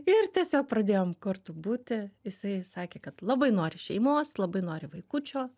ir tiesiog pradėjom kartu būti jisai sakė kad labai nori šeimos labai nori vaikučio